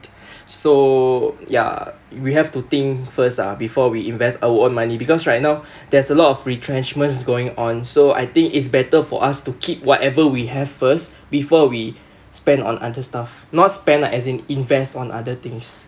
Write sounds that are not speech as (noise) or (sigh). (breath) so ya we have to think first ah before we invest our own money because right now there's a lot of retrenchments going on so I think it's better for us to keep whatever we have first before we spend on other stuff not spend lah as in invest on other things